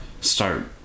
start